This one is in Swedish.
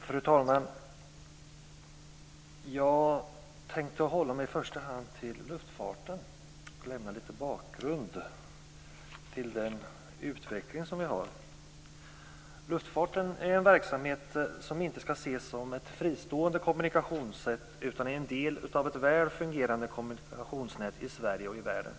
Fru talman! Jag tänkte i första hand hålla mig till luftfarten och ge en bakgrund till utvecklingen där. Luftfarten är en verksamhet som inte skall ses som ett fristående kommunikationssätt utan en del av ett väl fungerande kommunikationsnät i Sverige och i världen.